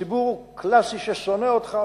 ציבור קלאסי ששונא אותך,